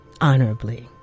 honorably